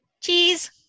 Cheese